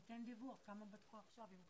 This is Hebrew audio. שייתן דיווח כמה בדקו עכשיו.